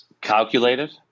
calculated